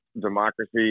democracy